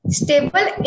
stable